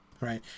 right